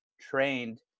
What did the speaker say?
trained